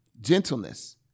gentleness